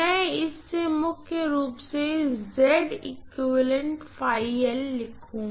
तो मैं इससे मुख्य रूप से लिखूंगी